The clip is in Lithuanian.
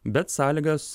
bet sąlygas